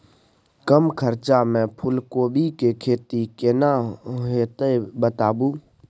कम खर्चा में फूलकोबी के खेती केना होते बताबू?